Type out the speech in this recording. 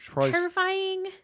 terrifying